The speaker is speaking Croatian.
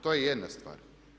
To je jedna stvar.